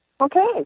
Okay